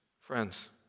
Friends